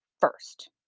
first